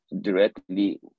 directly